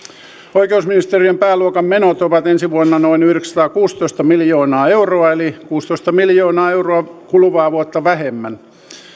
oikeusministeriön pääluokan menot ovat ensi vuonna noin yhdeksänsataakuusitoista miljoonaa euroa eli kuusitoista miljoonaa euroa kuluvaa vuotta vähemmän